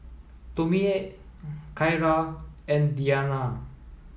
Tomie Kyra and Deana